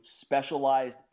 specialized